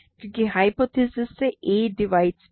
क्योंकि ह्य्पोथेसिस से a divides bc